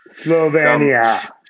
Slovenia